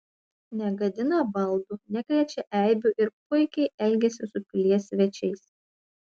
negadina baldų nekrečia eibių ir puikiai elgiasi su pilies svečiais